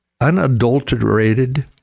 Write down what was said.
unadulterated